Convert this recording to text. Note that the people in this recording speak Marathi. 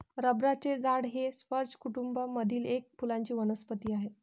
रबराचे झाड हे स्पर्ज कुटूंब मधील एक फुलांची वनस्पती आहे